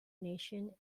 nation